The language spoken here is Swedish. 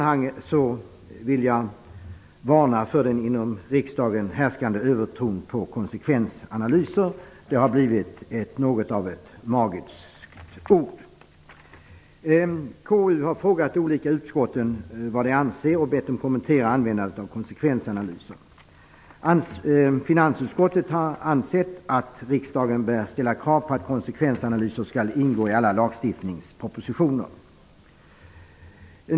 Här vill jag varna för en inom riksdagen härskande övertro på konsekvensanalyser. Det har blivit något av ett magiskt ord. KU har bett de olika utskotten att kommentera användandet av konsekvensanalyser. Finansutskottet har ansett att riksdagen bör ställa krav på att konsekvensanalyser skall ingå i alla lagstiftningspropositioner.